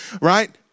right